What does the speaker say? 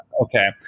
Okay